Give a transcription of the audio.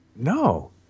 No